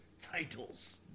titles